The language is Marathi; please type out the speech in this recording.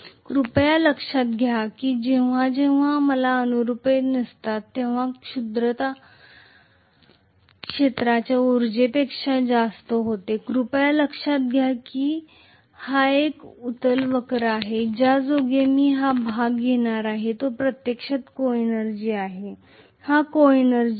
कृपया लक्षात घ्या की जेव्हा माझ्याकडे अ रेषात्मकता असते तेव्हा सह ऊर्जा ही क्षेत्रातील ऊर्जेपेक्षा जास्त असते कृपया लक्षात घ्या की हा एक उत्तल वक्र आहे ज्यायोगे मी हा भाग घेणार आहे जो प्रत्यक्षात सहऊर्जा को एनर्जी आहे